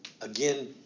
Again